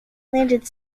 landed